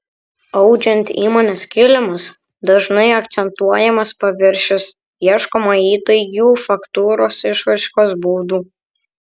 audžiant įmonės kilimus dažnai akcentuojamas paviršius ieškoma įtaigių faktūros išraiškos būdų